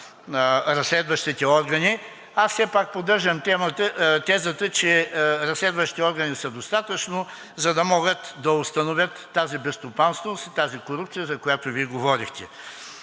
разследващите органи. Аз все пак поддържам тезата, че разследващите органи са достатъчно, за да могат да установят тази безстопанственост и тази корупция, за която Вие говорихте.